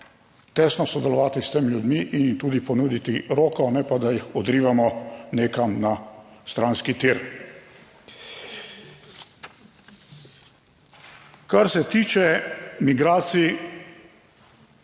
tesno sodelovati s temi ljudmi in jim tudi ponuditi roko, ne pa da jih odrivamo nekam na stranski tir. Kar se tiče migracij,